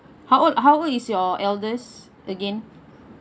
how old how old is your eldest again